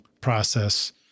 process